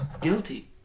guilty